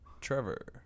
Trevor